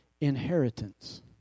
inheritance